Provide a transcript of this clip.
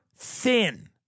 thin